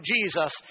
Jesus